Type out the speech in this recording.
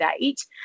date